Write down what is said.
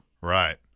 Right